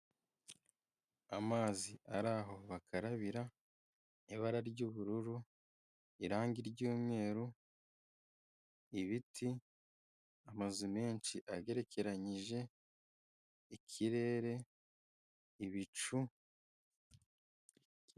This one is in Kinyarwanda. Amazi ari aho bakarabira ibara ry'ubururu, irangi ryumweru ibiti, amazu menshi agerekeranyije ikirere ibicu.